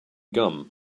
gum